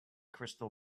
crystal